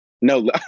No